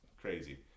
crazy